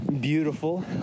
Beautiful